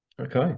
okay